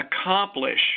accomplish